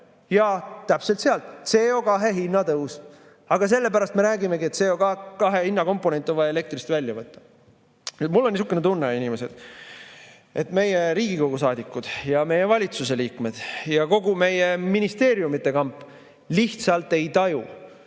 Jaa, täpselt sealt: CO2hinna tõus. Aga sellepärast me räägimegi, et CO2hinna komponent on vaja elektri [hinnast] välja võtta. Mul on niisugune tunne, inimesed: meie Riigikogu saadikud ja meie valitsuse liikmed ja kogu meie ministeeriumide kamp lihtsalt ei taju,